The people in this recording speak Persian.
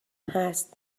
هست